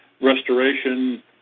restoration